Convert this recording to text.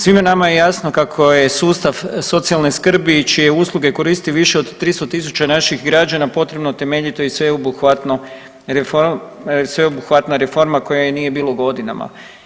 Svima nama je jasno kako je sustav socijalne skrbi, čije usluge koristi više od 300 tisuća naših građana potrebno temeljito i sveobuhvatno, sveobuhvatna reforma koje nije bilo godinama.